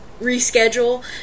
reschedule